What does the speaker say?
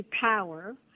power